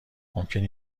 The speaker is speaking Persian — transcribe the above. ممکنه